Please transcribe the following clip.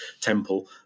temple